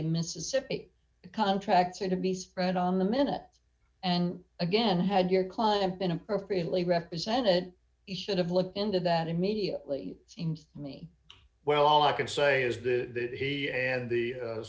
in mississippi contracts and to be spread on the minutes and again had your client been appropriately represented he should have looked into that immediately seems to me well all i can say is that he and the